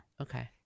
Okay